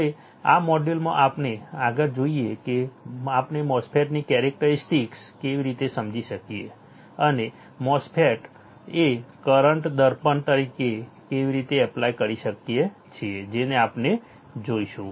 હવે આ મોડ્યુલમાં આપણે આગળ જોઈએ કે આપણે MOSFET ની કેરેક્ટરીસ્ટિક્સ કેવી રીતે સમજી શકીએ અને MOSFET ને કરંટ દર્પણ તરીકે કેવી રીતે એપ્લાય કરી શકીએ છીએ જેને આપણે જોઈશું